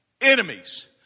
enemies